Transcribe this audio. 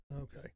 Okay